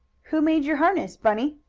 who made your harness, bunny?